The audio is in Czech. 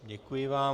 Děkuji vám.